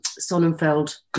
Sonnenfeld